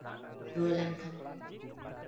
ᱨᱩᱣᱟᱹ ᱞᱮᱱᱠᱷᱟᱱ ᱠᱚ